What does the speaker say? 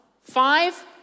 Five